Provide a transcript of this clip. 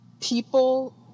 people